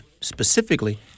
specifically